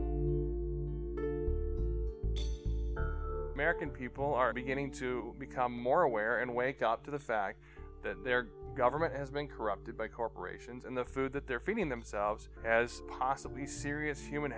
american people are beginning to become more aware and wake up to the fact that their government has been corrupted by corporations and the food that they're feeding themselves has possibly serious human